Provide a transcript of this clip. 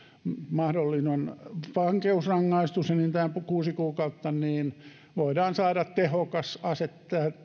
mahdollinen vankeusrangaistus enintään kuusi kuukautta niin voidaan saada tehokas ase